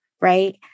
right